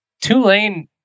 Tulane